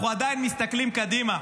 אנחנו עדיין מסתכלים קדימה,